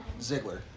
ziggler